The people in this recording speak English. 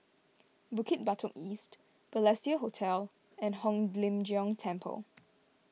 Bukit Batok East Balestier Hotel and Hong Lim Jiong Temple